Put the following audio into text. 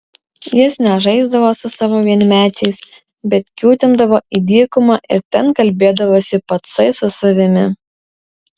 jis nežaisdavo su savo vienmečiais bet kiūtindavo į dykumą ir ten kalbėdavosi patsai su savimi